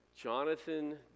Jonathan